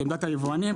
את עמדת היבואנים,